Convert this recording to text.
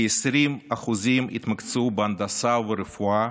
כ-20% התמקצעו בהנדסה וברפואה,